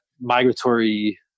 migratory